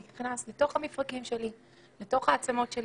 כשהוא נכנס לתוך המפרקים והעצמות שלי.